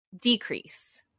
decrease